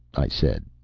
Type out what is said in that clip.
i said,